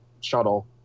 shuttle